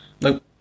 Nope